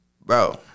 Bro